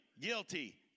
guilty